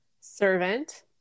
servant